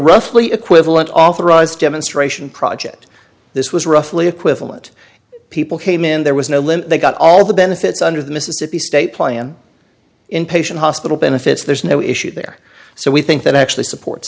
roughly equivalent authorized demonstration project this was roughly equivalent people came in there was no limit they got all the benefits under the mississippi state plan inpatient hospital benefits there's no issue there so we think that actually support